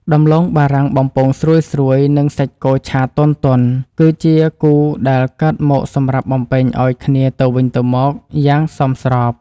ដំឡូងបារាំងបំពងស្រួយៗនិងសាច់គោឆាទន់ៗគឺជាគូដែលកើតមកសម្រាប់បំពេញឱ្យគ្នាទៅវិញទៅមកយ៉ាងសមស្រប។